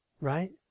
right